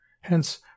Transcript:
hence